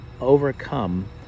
overcome